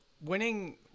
winning